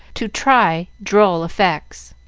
to try droll effects.